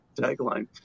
tagline